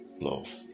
love